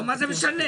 מה זה משנה.